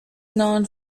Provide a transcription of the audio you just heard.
known